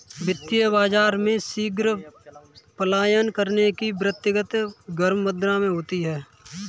वित्तीय बाजार में शीघ्र पलायन करने की प्रवृत्ति गर्म मुद्रा में होती है